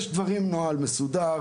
יש דברים עם נוהל מסודר,